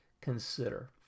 consider